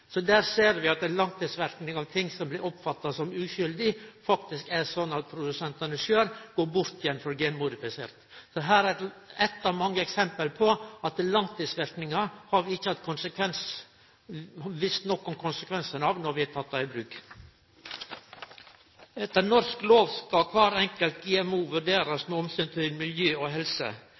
Så der ser vi at langtidsverknadene av noko som blir oppfatta som uskuldig, faktisk er slik at produsentane sjølve går bort frå genmodifisert såkorn. Her er eitt av mange eksempel på at vi ikkje har visst nok om konsekvensane når vi har teke det i bruk. Etter norsk lov skal kvar enkelt GMO vurderast med omsyn til miljø og helse.